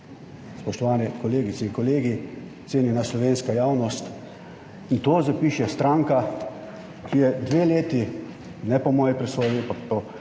Spoštovane kolegice in kolegi, cenjena slovenska javnost. To zapiše stranka, ki je dve leti, ne po moji presoji,